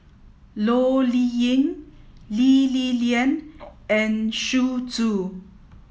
Loh Liying Lee Li Lian and Xu Zhu